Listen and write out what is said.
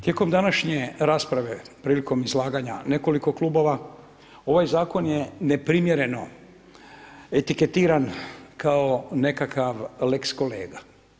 Tijekom današnje rasprave prilikom izlaganja nekoliko klubova ovaj zakon je neprimjereno etiketiran kao nekakav lex kolega.